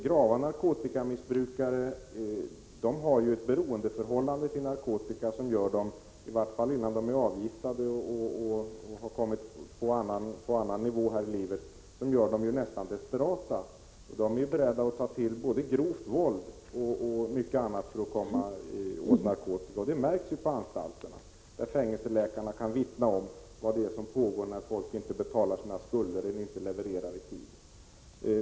Grava narkotikamissbrukare har ett beroendeförhållande till narkotika som gör dem, i vart fall innan de är avgiftade och har kommit på annan nivå här i livet, nästan desperata. De är beredda att ta till både grovt våld och mycket annat för att komma åt narkotika, och det märks på anstalterna. Fängelseläkarna kan vittna om vad det är som pågår när folk inte betalar sina skulder eller inte levererar i tid.